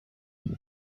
لازم